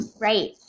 Right